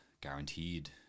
guaranteed